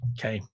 okay